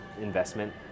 investment